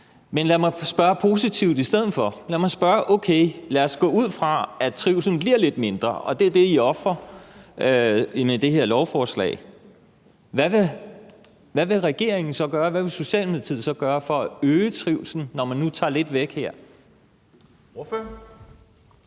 Men lad mig spørge positivt i stedet for. Lad mig spørge: Okay, lad os gå ud fra, at trivslen bliver lidt mindre, og at det er det, som I ofrer med det her lovforslag. Hvad vil regeringen så gøre, hvad vil Socialdemokratiet så gøre for at øge trivslen, når man nu tager lidt væk her? Kl.